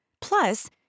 Plus